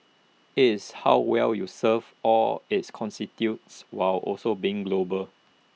it's how well you serve all its constituents while also being global